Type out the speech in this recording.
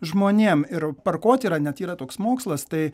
žmonėm ir parkuotė yra net yra toks mokslas tai